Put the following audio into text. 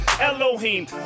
Elohim